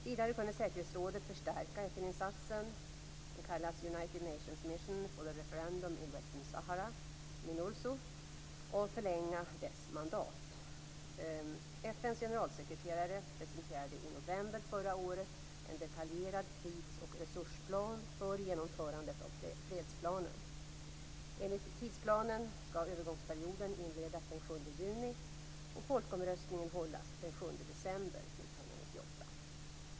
Vidare kunde säkerhetsrådet förstärka FN insatsen, som kallas United Nations mission for the referendum in Western Sahara, Minurso, och förlänga dess mandat. FN:s generalsekreterare presenterade i november förra året en detaljerad tids och resursplan för genomförandet av fredsplanen. Enligt tidsplanen skall övergångsperioden inledas den 7 juni och folkomröstningen hållas den 7 december 1998.